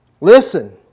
Listen